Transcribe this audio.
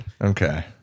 Okay